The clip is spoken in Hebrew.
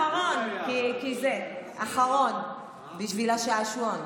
אחרון, אחרון, בשביל השעשועון.